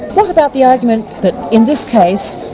what about the argument that in this case,